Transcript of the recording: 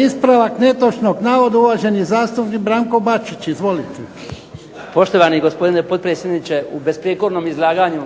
I ispravak netočnog navoda uvaženi zastupnik Branko Bačić. Izvolite. **Bačić, Branko (HDZ)** Poštovani gospodine potpredsjedniče, u besprijekornom izlaganju